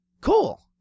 cool